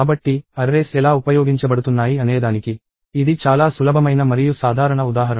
కాబట్టి అర్రేస్ ఎలా ఉపయోగించబడుతున్నాయి అనేదానికి ఇది చాలా సులభమైన మరియు సాధారణ ఉదాహరణ